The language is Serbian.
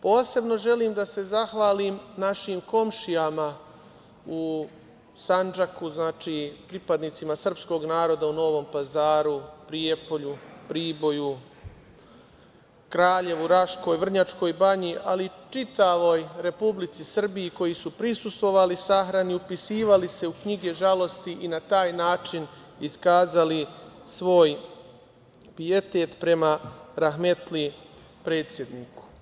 Posebno želim da se zahvalim našim komšijama u Sandžaku, pripadnicima srpskog naroda u Novom Pazaru, Prijepolju, Priboju, Kraljevu, Raškoj, Vrnjačkoj Banji, ali i čitavoj Republici Srbiji koji su prisustvovali sahrani, upisivali se u knjige žalosti i na taj način iskazali svoj pietet prema rahmetli predsedniku.